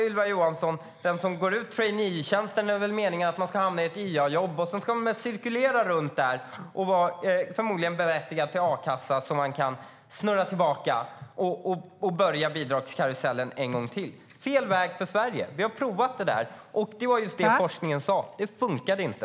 Ylva Johansson sade att det är meningen att den som fullgör en traineetjänst ska hamna i ett YA-jobb. Sedan ska man cirkulera och bli berättigad till a-kassa så att man kan snurra tillbaka och börja bidragskarusellen igen. Det är fel väg för Sverige. Vi har provat det. Det var just det som forskningen sade: Det funkade inte.